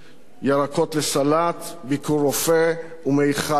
ירקות לסלט, ביקור רופא ומכל דלק.